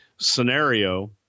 scenario